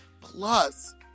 plus